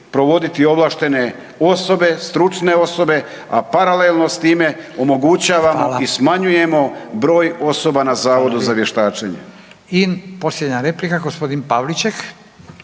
provoditi ovlaštene osobe, stručne osobe, a paralelno sa time omogućavamo i smanjujemo broj osoba na Zavodu za vještačenje.